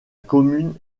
commune